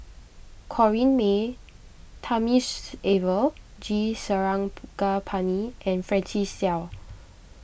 Corrinne May Thamizhavel G Sarangapani and Francis Seow